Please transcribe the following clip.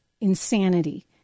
insanity